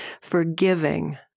forgiving